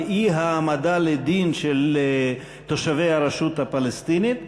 אי-העמדה לדין של תושבי הרשות הפלסטינית,